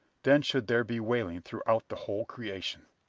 then should there be wailing throughout the whole creation!